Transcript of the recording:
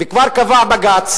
וכבר קבע בג"ץ